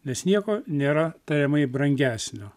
nes nieko nėra tariamai brangesnio